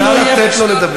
נא לתת לו לדבר.